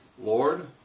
Lord